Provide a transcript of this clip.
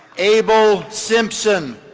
abel simpson.